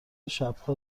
شبها